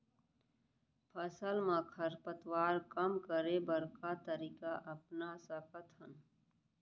फसल मा खरपतवार कम करे बर का तरीका अपना सकत हन?